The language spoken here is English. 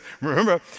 Remember